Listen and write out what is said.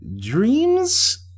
Dreams